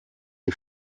ich